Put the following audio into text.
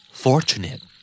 Fortunate